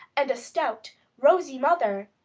and a stout, rosy mother,